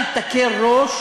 אל תקל ראש